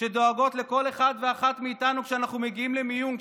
שדואגות לכל אחד ואחת מאיתנו כשאנחנו מגיעים למיון,